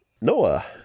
Noah